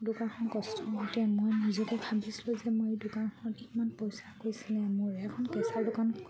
দোকানখন কষ্ট হওঁতে মই নিজকে ভাবিছিলোঁ যে মই এই দোকানখনত কিমান পইচা গৈছিলে মোৰ এখন কেঁচাৰ দোকান